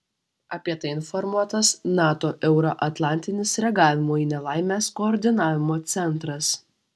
apie tai informuotas nato euroatlantinis reagavimo į nelaimes koordinavimo centras